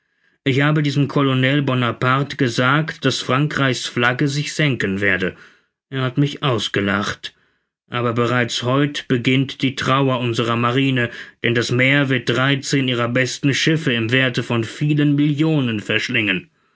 ich habe diesem colonel bonaparte gesagt daß frankreich's flagge sich senken werde er hat mich ausgelacht aber bereits heut beginnt die trauer unserer marine denn das meer wird dreizehn ihrer besten schiffe im werthe von vielen millionen verschlingen